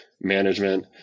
management